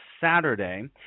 Saturday